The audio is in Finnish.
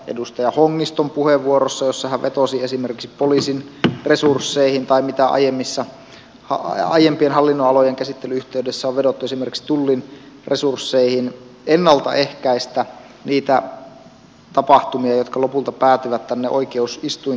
edustaja hongisto puheenvuorossaan vetosi esimerkiksi poliisin resursseihin ja aiempien hallinnonalojen käsittelyn yhteydessä on vedottu esimerkiksi tullin resursseihin ennaltaehkäistä niitä tapahtumia jotka lopulta päätyvät oikeusistuinten ratkottaviksi